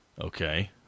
Okay